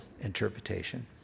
interpretation